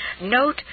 Note